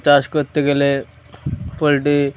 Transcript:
চাষ করতে গেলে পোলট্রি